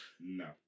No